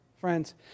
friends